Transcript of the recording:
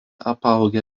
apaugę